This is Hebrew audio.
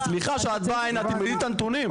סליחה, כשאת באה הנה, תבדקי את הנתונים.